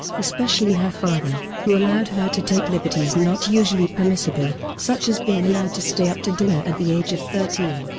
especially her father, who allowed her to take liberties not usually permissible, such as being allowed to stay up to dinner at the age of thirteen.